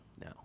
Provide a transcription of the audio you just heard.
No